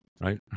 Right